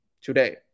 today